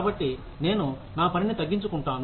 కాబట్టి నేను నా పనిని తగ్గించుకుంటాను